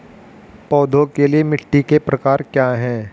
पौधों के लिए मिट्टी के प्रकार क्या हैं?